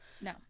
no